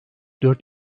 dört